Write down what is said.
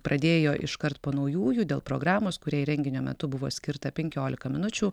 pradėjo iškart po naujųjų dėl programos kūrėjai renginio metu buvo skirta penkiolika minučių